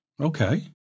Okay